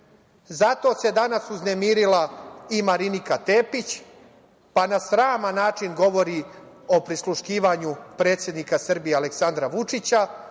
Zato se danas uznemirila i Marinika Tepić, pa na sraman način govori o prisluškivanju predsednika Srbije Aleksandra Vučića.